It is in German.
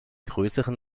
größeren